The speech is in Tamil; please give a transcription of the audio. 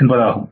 ' என்பதாகும்